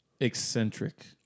eccentric